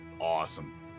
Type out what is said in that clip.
awesome